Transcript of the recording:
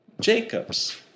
Jacob's